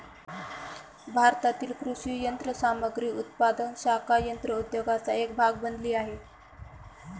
भारतातील कृषी यंत्रसामग्री उत्पादक शाखा यंत्र उद्योगाचा एक भाग मानली जाते